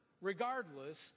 regardless